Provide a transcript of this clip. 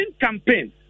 campaign